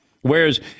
Whereas